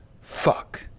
Fuck